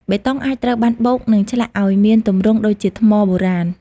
បេតុងអាចត្រូវបានបូក និងឆ្លាក់ឱ្យមានទម្រង់ដូចថ្មបុរាណ។